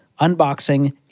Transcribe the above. unboxing